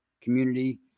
community